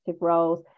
roles